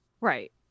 Right